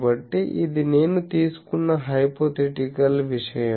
కాబట్టి ఇది నేను తీసుకున్న హైపోథెటికల్ విషయం